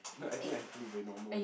no I think I still look very normal eh